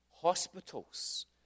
hospitals